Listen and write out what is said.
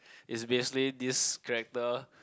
is basically this character